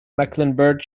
mecklenburg